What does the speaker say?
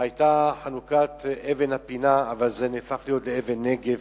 היתה חנוכת אבן הפינה, אבל זה הפך אבן נגף.